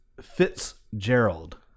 Fitzgerald